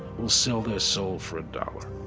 will sell their soul for a dollar.